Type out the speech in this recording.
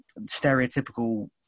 stereotypical